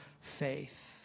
faith